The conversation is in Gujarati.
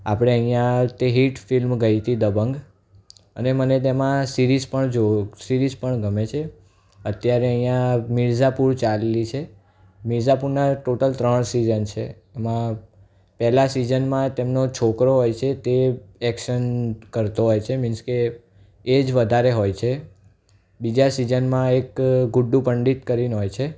આપણે અહીંયા તે હીટ ફિલ્મ ગઈ હતી દબંગ અને મને તેમાં સિરીઝ પણ જો સિરીઝ પણ ગમે છે અત્યારે અહીંયા મિરઝાપુર ચાલી છે મિરઝાપુરના ટોટલ ત્રણ સિઝન છે એમા પહેલા સિઝનમાં તેમનો છોકરો હોય છે તે એક્શન કરતો હોય છે મીન્સ કે એ જ વધારે હોય છે બીજા સિઝનમાં એક ગુડ્ડુ પંડિત કરીને હોય છે